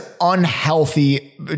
unhealthy